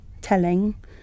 telling